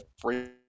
free